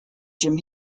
jim